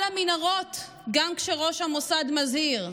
גם למנהרות, כשראש המוסד מזהיר,